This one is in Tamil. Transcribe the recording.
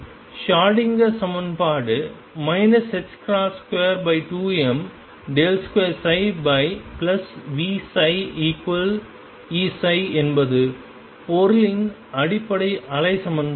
ஷ்ரோடிங்கர் சமன்பாடு 22m2ψVψEψ என்பது பொருளின் அடிப்படை அலை சமன்பாடு